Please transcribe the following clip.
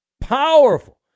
powerful